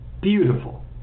beautiful